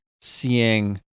seeing